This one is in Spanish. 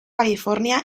california